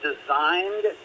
designed